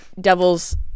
devil's